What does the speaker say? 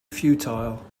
futile